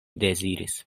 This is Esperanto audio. deziris